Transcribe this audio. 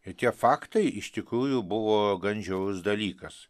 ir tie faktai iš tikrųjų buvo gan žiaurus dalykas